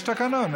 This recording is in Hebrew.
יש תקנון.